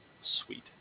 sweet